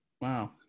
Wow